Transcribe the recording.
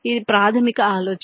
ఇది ప్రాథమిక ఆలోచన